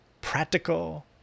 practical